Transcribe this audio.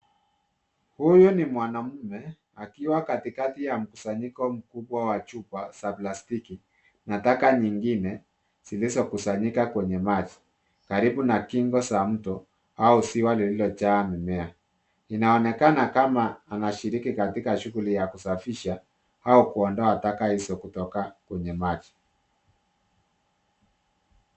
Huyu ni mwanaume akiwa katikati ya mkusanyiko mkubwa wa chupa za plastiki na taka nyingine zilizokusanyika kwenye maji karibu na kingo za mto au ziwa lililojaa mimea. Inaonekana kama anashiriki katika shughuli ya kusafisha au kuondoa taka izo kutoka kwenye maji.